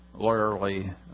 lawyerly